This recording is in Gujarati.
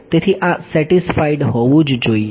તેથી આ સેટિસ્ફાઈડ હોવું જ જોઈએ